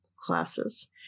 classes